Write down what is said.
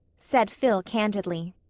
said phil candidly.